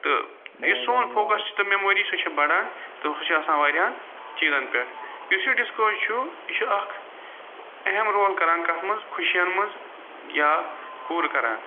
تہٕ یُس سون فوکَس چھُ تہٕ میٚموری سُہ چھُ بڑھان تہٕ ہُو چھُ آسان وارِیاہن چیٖزن پٮ۪ٹھ یُس یہِ ڈِسکو چھُ یہِ چھُ اکھ اہم رول کَران کتھ منٛز خوشِین منٛز یا پورٕ کَران